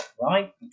right